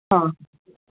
हं